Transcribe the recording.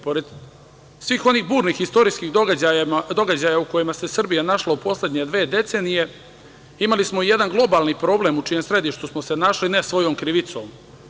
Pored svih onih burnih i istorijskim događaja u kojima se Srbija našla u poslednje dve decenije, imali smo jedan globalni problem u čijem središtu smo se našli, ne svojom krivicom.